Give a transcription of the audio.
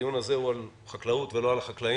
הדיון הזה הוא על חקלאות ולא על חקלאים,